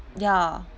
ya